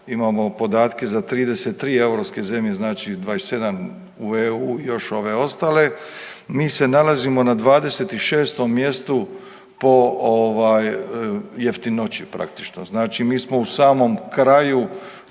imamo podatke za 33 europske zemlje, znači 27 u EU i još ove ostale. Mi se nalazimo na 26 mjestu po ovaj jeftinoći praktično. Znači mi smo u samom kraju